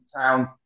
town